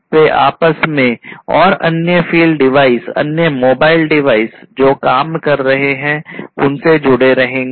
वे आपस में और अन्य फ़ील्ड डिवाइस अन्य मोबाइल डिवाइस जो काम कर रहे हैं उनसे जुड़े रहेंगे